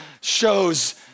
shows